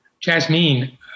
Jasmine